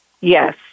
Yes